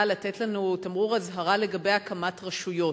לתת לנו תמרור אזהרה לגבי הקמת רשויות.